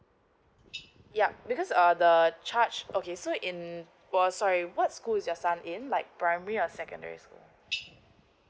yup because uh the uh charge okay so in was sorry what school is your son in like primary or secondary school